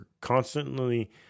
constantly